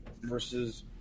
Versus